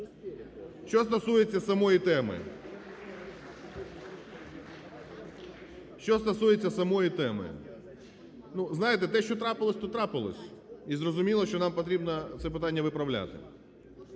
Що стосується самої теми. Ну знаєте, те, що трапилось, то трапилось, і зрозуміло, що нам потрібно це питання виправляти.